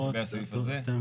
לגבי הסעיף זה.